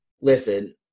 Listen